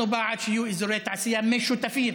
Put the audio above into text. אנחנו בעד שיהיו אזורי תעשייה משותפים